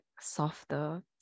softer